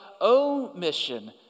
omission